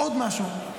עוד משהו.